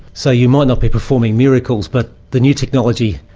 so you might not be performing miracles, but the new technology.